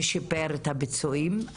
ושיפר את הביצועים.